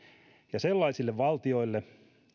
ja sellaisille valtioille